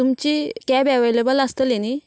तुमची cab available आसतली न्ही